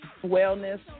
wellness